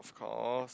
cause